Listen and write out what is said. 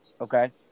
Okay